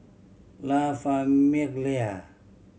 La Famiglia